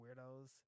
weirdos